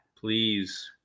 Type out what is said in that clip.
please